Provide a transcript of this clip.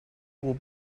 will